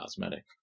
cosmetic